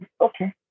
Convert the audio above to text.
okay